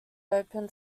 open